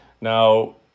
now